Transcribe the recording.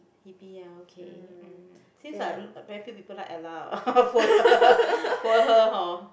Hebe ah okay mm seems like a very few people like Ella orh poor her poor her hor